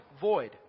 void